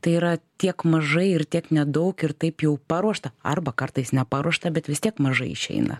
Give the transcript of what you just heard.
tai yra tiek mažai ir tiek nedaug ir taip jau paruošta arba kartais neparuošta bet vis tiek mažai išeina